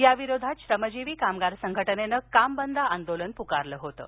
याविरोधात श्रमजीवी कामगार संघटनेनं काम बंद आंदोलन पुकारलं होतं